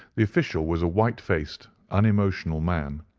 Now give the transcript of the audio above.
the official was a white-faced unemotional man,